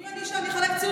מי אני שאחלק ציונים?